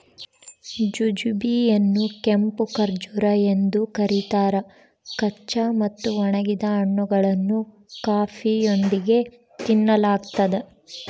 jujube ಯನ್ನುಕೆಂಪು ಖರ್ಜೂರ ಎಂದು ಕರೀತಾರ ಕಚ್ಚಾ ಮತ್ತು ಒಣಗಿದ ಹಣ್ಣುಗಳನ್ನು ಕಾಫಿಯೊಂದಿಗೆ ತಿನ್ನಲಾಗ್ತದ